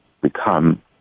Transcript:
become